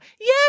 Yes